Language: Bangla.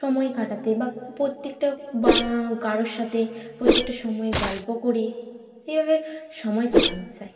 সময় কাটাতে বা প্রত্যেকটা বা কারোর সাথে প্রত্যেকটা সময়ে গল্প করে সেইভাবে সময় কাটানো চাই